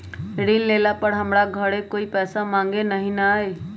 ऋण लेला पर हमरा घरे कोई पैसा मांगे नहीं न आई?